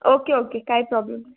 okay okay काय problem